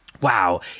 wow